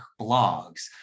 blogs